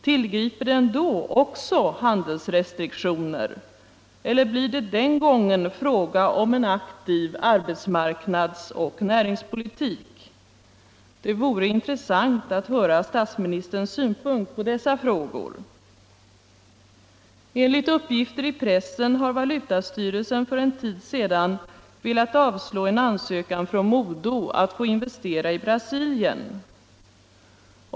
Tillgriper den då också handelsrestriktioner eller blir det den gången fråga om en aktiv arbetsmarknadsoch näringspolitik? Det vore intressant att höra statsministerns synpunkt på dessa frågor. Enligt uppgifter i pressen har valutastyrelsen för en tid sedan velat avslå en ansökan från MoDo att få investera i Brasilien.